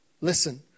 Listen